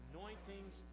anointings